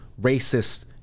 racist